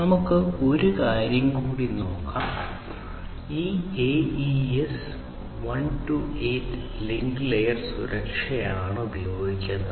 നമുക്ക് ഒരു കാര്യം കൂടി നോക്കാം ഈ AES 128 ലിങ്ക് ലെയർ സുരക്ഷയാണ് ഉപയോഗിക്കുന്നത്